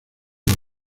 los